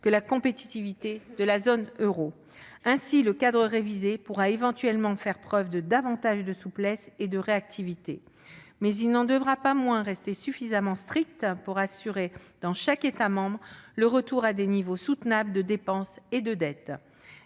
que la compétitivité de la zone euro. Si le cadre révisé pourra éventuellement faire preuve de davantage de souplesse et de réactivité, il n'en devra pas moins rester suffisamment strict pour assurer, dans chaque État membre, le retour à des niveaux soutenables de dépense et de dette.